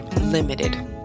limited